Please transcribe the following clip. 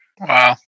Wow